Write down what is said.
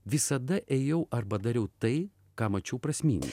visada ėjau arba dariau tai ką mačiau prasmingo